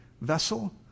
vessel